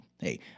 Hey